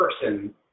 person